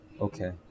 Okay